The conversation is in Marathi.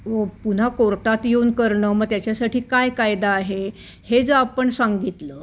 व पुन्हा कोर्टात येऊन करणं मग त्याच्यासाठी काय कायदा आहे हे जर आपण सांगितलं